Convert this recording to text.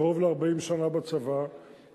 קרוב ל-40 שנה בצבא,